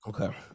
Okay